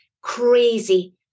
crazy